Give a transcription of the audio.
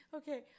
Okay